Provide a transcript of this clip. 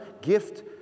gift